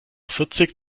vierzig